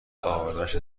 اوردنش